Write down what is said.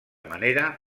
manera